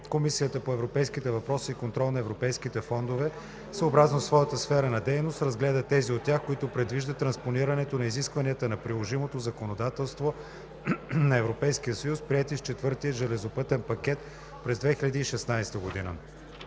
Комисията по европейските въпроси и контрол на европейските фондове съобразно своята сфера на дейност разгледа тези от тях, които предвиждат транспонирането на изискванията на приложимото законодателство на Европейския съюз, приети с Четвъртия железопътен пакет през 2016 г.